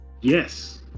Yes